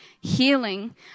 healing